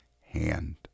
hand